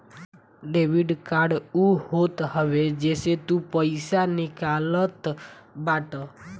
debit card उ होत हवे जेसे तू पईसा निकालत बाटअ